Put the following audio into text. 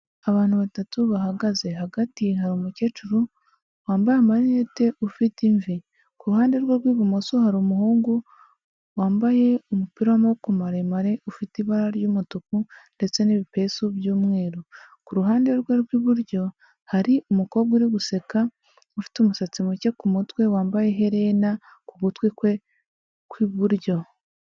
Abantu batatu bahagaze, hagati hari umukecuru wambaye amarinete ufite imvi, ku ruhande rwe rw'ibumoso hari umuhungu wambaye umupira w'amaboko maremare ufite ibara ry'umutuku ndetse n'ibipesu by'umweru, ku ruhande rwe rw'iburyo hari umukobwa uri guseka ufite umusatsi muke, ku mutwe wambaye iherena ku gutwi kwe kw'iburyo.